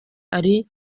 ari